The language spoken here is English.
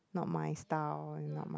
not my style not my